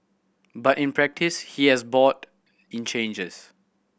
but in practice he has bought in changes